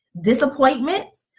disappointments